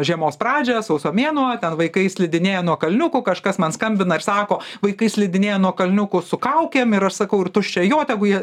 žiemos pradžią sausio mėnuo ten vaikai slidinėja nuo kalniukų kažkas man skambina ir sako vaikai slidinėja nuo kalniukų su kaukėm ir aš sakau ir tuščia jo tegu jie